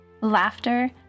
laughter